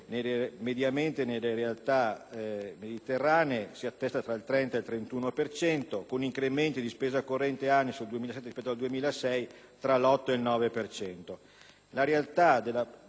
mediamente, nelle realtà mediterranee si attesta tra il 30 e il 31 per cento con incrementi di spesa corrente annua, sul 2007 rispetto al 2006, tra l'8 e il 9